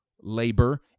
labor